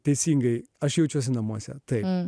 teisingai aš jaučiuosi namuose tai